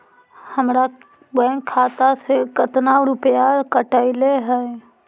हमरा बैंक खाता से कतना रूपैया कटले है?